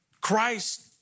Christ